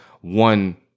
one